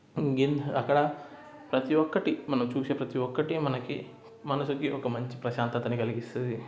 ఇంకేమి అక్కడ ప్రతీ ఒక్కటి మనం చూసే ప్రతీ ఒక్కటి మనసుకి ఒక మంచి ప్రశాంతతని కలిగిస్తుంది